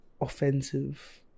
offensive